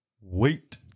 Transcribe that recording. wait